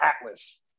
Atlas